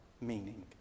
meaning